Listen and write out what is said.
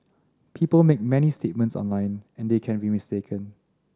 people make many statements online and they can be mistaken